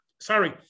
Sorry